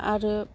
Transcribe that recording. आरो